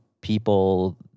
people